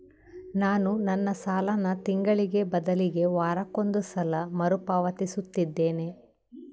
ನಾನು ನನ್ನ ಸಾಲನ ತಿಂಗಳಿಗೆ ಬದಲಿಗೆ ವಾರಕ್ಕೊಂದು ಸಲ ಮರುಪಾವತಿಸುತ್ತಿದ್ದೇನೆ